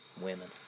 Women